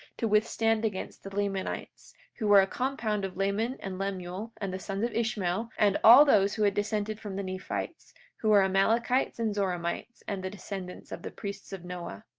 to withstand against the lamanites, who were a compound of laman and lemuel, and the sons of ishmael, and all those who had dissented from the nephites, who were amalekites and zoramites, and the descendants of the priests of noah.